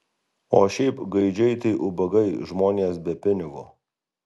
o šiaip gaidžiai tai ubagai žmonės be pinigo